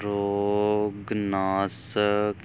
ਰੋਗਨਾਸਕ